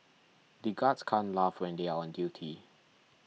the guards can't laugh until they are on duty